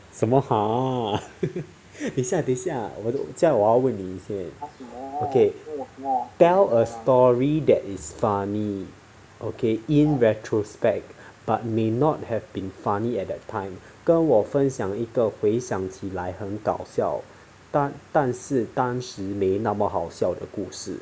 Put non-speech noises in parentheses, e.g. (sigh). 什么 !huh! (laughs) 等一下等一下这样我要问你一些 okay tell a story that is funny okay in retrospect but may not have been funny at that time 跟我分享一个回想起来很搞笑但但是当时没那么好笑的故事